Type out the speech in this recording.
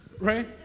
right